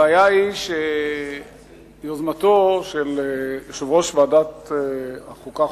הבעיה היא שיוזמתו של יושב-ראש ועדת החוקה,